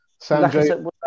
Sanjay